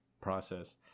process